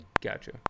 Gotcha